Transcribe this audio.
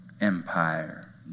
empire